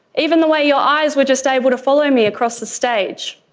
even the way your eyes were just able to follow me across the stage.